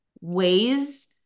ways